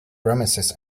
promises